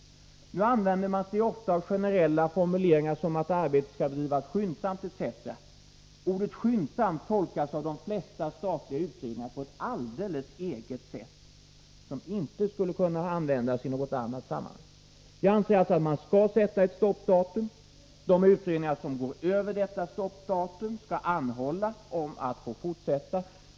Man använder sig ofta av generella formuleringar, såsom att ”arbetet skall bedrivas skyndsamt” etc. Ordet ”skyndsamt” tolkas av de flesta statliga utredningar på ett alldeles eget sätt, som inte skulle kunna användas i något annat sammanhang. Jag anser alltså att man skall sätta ett stoppdatum. De utredningar som går över detta stoppdatum skall anhålla om att få fortsätta.